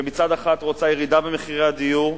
שמצד אחד רוצה ירידה במחירי הדיור,